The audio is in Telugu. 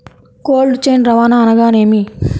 కోల్డ్ చైన్ రవాణా అనగా నేమి?